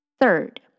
Third